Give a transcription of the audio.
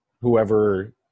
Whoever